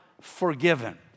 forgiven